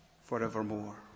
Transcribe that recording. forevermore